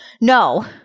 No